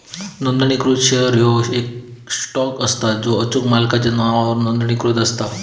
नोंदणीकृत शेअर ह्यो येक स्टॉक असता जो अचूक मालकाच्या नावावर नोंदणीकृत असता